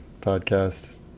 podcast